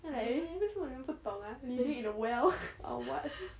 then I like 为什么你们不懂啊 living in a well or what